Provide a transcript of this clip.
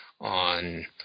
on